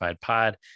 pod